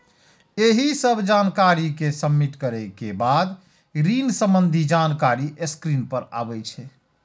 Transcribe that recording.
एहि सब जानकारी कें सबमिट करै के बाद ऋण संबंधी जानकारी स्क्रीन पर आबि जाइ छै